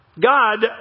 God